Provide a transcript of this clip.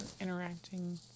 interacting